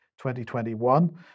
2021